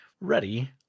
ready